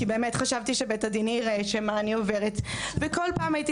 כי באמת חשבתי שבית הדין יראה מה אני עוברת וכל פעם הייתי